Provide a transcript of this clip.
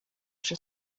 przy